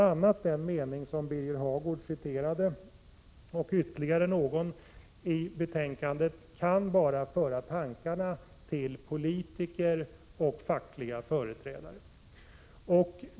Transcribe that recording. a. den mening som Birger Hagård citerade och ytterligare någon mening i betänkandet kan bara föra tankarna till politiker och fackliga företrädare.